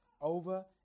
Over